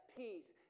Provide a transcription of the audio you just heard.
peace